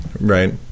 Right